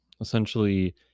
essentially